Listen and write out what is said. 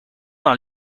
dans